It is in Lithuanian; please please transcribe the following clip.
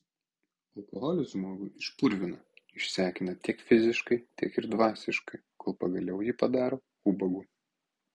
alkoholis žmogų išpurvina išsekina tiek fiziškai tiek ir dvasiškai kol pagaliau jį padaro ubagu